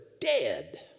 dead